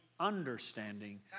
understanding